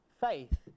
Faith